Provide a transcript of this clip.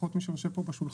לפחות מי שיושב פה בשולחן,